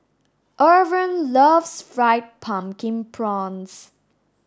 Irven loves fried pumpkin prawns